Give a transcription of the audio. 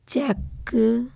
check